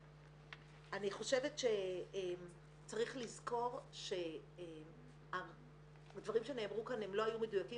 אני חושבת שצריך לזכור שדברים שנאמרו כאן הם לא היו מדויקים